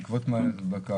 בעקבות מה ההדבקה?